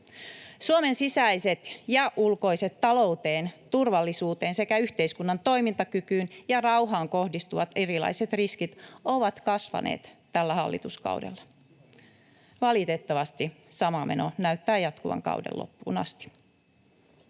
Suomen sisäiset ja ulkoiset talouteen, turvallisuuteen sekä yhteiskunnan toimintakykyyn ja sen rauhaan kohdistuvat erilaiset riskit ovat kasvaneet tällä hallituskaudella. Valitettavasti sama meno näyttää jatkuvan kauden loppuun asti.